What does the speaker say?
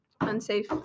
unsafe